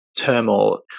turmoil